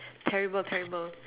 terrible terrible